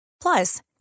Plus